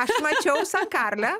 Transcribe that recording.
aš mačiau sa karle